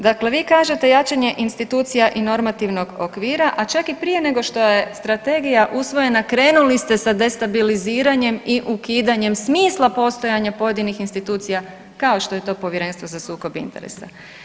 Dakle, vi kažete jačanje institucija i normativnog okvira, a čak i prije nego što je strategija usvojena krenuli ste sa destabiliziranjem i ukidanjem smisla postojanja pojedinih institucija kao što je to Povjerenstvo za sukob interesa.